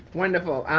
wonderful.